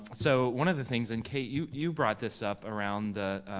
so one of the things, and kate, you you brought this up around the